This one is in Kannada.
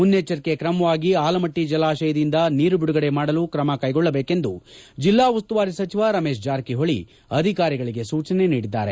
ಮುನ್ನೆಚ್ಚರಿಕೆ ಕ್ರಮವಾಗಿ ಆಲಮಟ್ಟಿ ಜಲಾಶಯದಿಂದ ನೀರು ಬಿಡುಗಡೆ ಮಾಡಲು ಕ್ರಮ ಕೈಗೊಳ್ಳಬೇಕೆಂದು ಜಿಲ್ಲಾ ಉಸ್ತುವಾರಿ ಸಚಿವ ರಮೇಶ್ ಜಾರಕಿಹೊಳಿ ಅಧಿಕಾರಿಗಳಿಗೆ ಸೂಚನೆ ನೀಡಿದ್ದಾರೆ